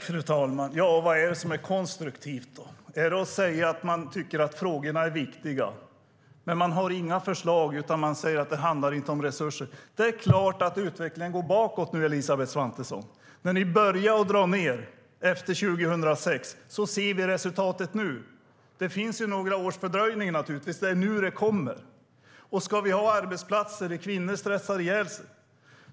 Fru talman! Vad är det då som är konstruktivt? Är det att säga att man tycker att frågorna är viktiga? Man har inga förslag, utan man säger att det inte handlar om resurser. Det är klart att utvecklingen går bakåt nu, Elisabeth Svantesson. Ni började dra ned efter 2006. Vi ser resultatet nu. Det är naturligtvis några års fördröjning. Det är nu det kommer. Ska vi ha arbetsplatser där kvinnor stressar ihjäl sig?